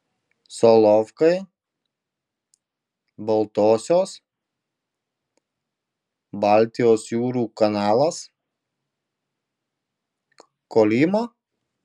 solovkai baltosios baltijos jūrų kanalas kolyma